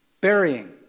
burying